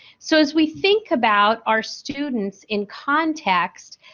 so, as we think about our students in context.